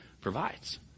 provides